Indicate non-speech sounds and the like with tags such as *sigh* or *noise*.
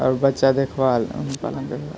बच्चा देखभाल *unintelligible*